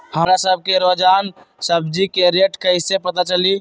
हमरा सब के रोजान सब्जी के रेट कईसे पता चली?